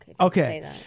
Okay